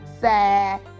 sad